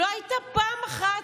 לא הייתה פעם אחת,